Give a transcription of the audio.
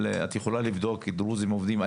את יכולה לבדוק אם דרוזים עובדים.